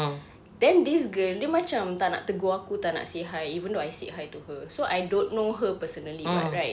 then this girl dia macam tak nak tegur aku tak nak say hi even though I said hi to her so I don't know her personally [what] right